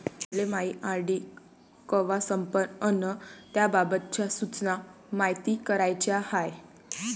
मले मायी आर.डी कवा संपन अन त्याबाबतच्या सूचना मायती कराच्या हाय